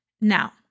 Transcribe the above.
Now